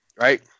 right